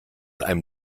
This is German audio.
einem